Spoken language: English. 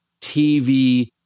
TV